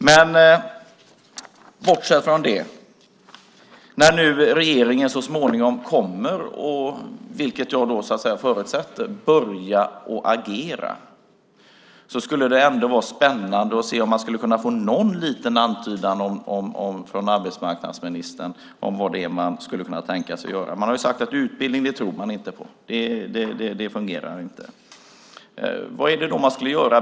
Men bortsett från det: När regeringen så småningom kommer, vilket jag förutsätter, att börja agera skulle det ändå vara spännande att se om vi kunde få någon liten antydan från arbetsmarknadsministern om vad det är man kan tänka sig att göra. Man har ju sagt att man inte tror på utbildning - det fungerar inte. Vad är det då man skulle göra?